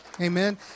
Amen